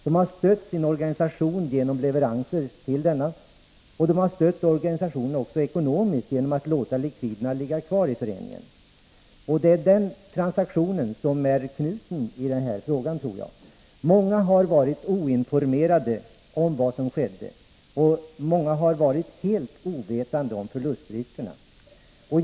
De har stött sin organisation genom att leverera till den, och de har stött organisationen också ekonomiskt genom att låta likviderna ligga kvar i föreningen — och jag tror att det är den transaktionen som är knuten i den här frågan. Många har varit oinformerade om vad som har skett, och många har varit helt ovetande om förlustriskerna.